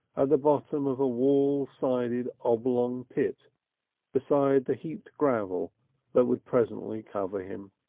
at the bottom of a wall-sided oblong pit beside the heaped gravel that would presently cover him.